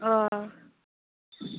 अ